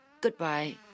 goodbye